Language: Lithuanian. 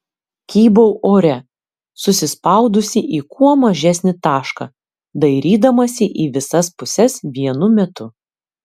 kybau ore susispaudusi į kuo mažesnį tašką dairydamasi į visas puses vienu metu